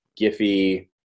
Giphy